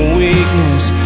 weakness